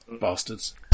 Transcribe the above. Bastards